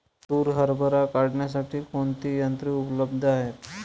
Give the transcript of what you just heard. तूर हरभरा काढण्यासाठी कोणती यंत्रे उपलब्ध आहेत?